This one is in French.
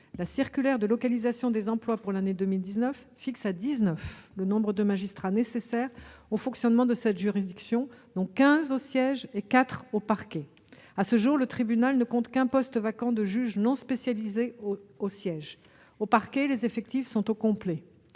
la circulaire de localisation des emplois pour l'année 2019 fixe à 19 le nombre de magistrats nécessaires au fonctionnement de cette juridiction, dont 15 au siège et 4 au parquet. À ce jour, le tribunal ne compte qu'un poste vacant de juge non spécialisé au siège. Au parquet, les effectifs sont au complet.